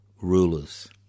rulers